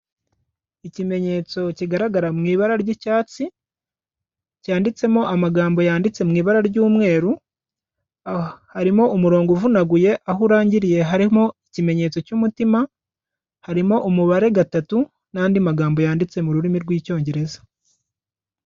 Ikimenyetso kigaragara mu ibara ry'icyatsi cyanditsemo amagambo yanditse mu ibara ry'umweru, harimo umurongo uvunaguye aho urangiriye harimo ikimenyetso cy'umutima, harimo umubare gatatu n'andi magambo yanditse mu rurimi rw'icyongereza.